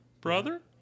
Brother